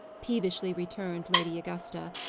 peevishly returned lady augusta,